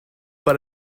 but